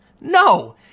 No